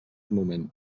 moment